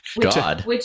God